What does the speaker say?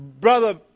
Brother